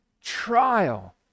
Trial